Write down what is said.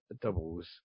doubles